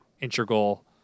integral